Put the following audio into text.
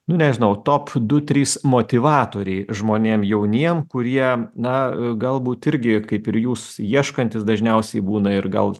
nu nežinau top du trys motyvatoriai žmonėm jauniem kurie na galbūt irgi kaip ir jūs ieškantys dažniausiai būna ir gal